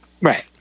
Right